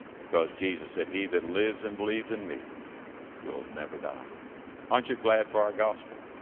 because jesus said, he that lives and believes in me will never die aren't you glad for our gospel?